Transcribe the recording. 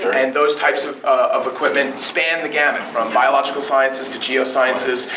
and those type so of of equipment span the gamut from biological sciences to geo-sciences,